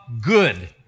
good